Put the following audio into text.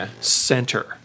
center